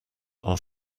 are